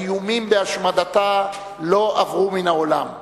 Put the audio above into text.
האיומים בהשמדתה לא עברו מן העולם.